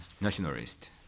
nationalist